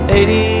Eighty